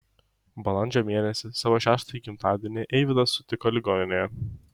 balandžio mėnesį savo šeštąjį gimtadienį eivydas sutiko ligoninėje